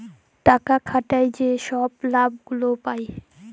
টাকা খাটায় যে ছব লাভ গুলা পায়